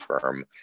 firm